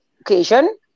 occasion